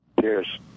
Cheers